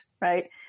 right